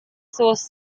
source